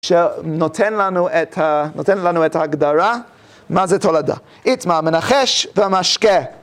שנותן לנו את ההגדרה, מה זה תולדה. איתמה, מנחש והמשקה.